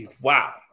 wow